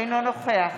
אינו נוכח